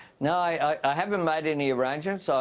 no, i i haven't made any arrangements. ah